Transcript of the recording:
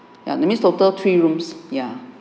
ya that means total three rooms ya